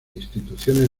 instituciones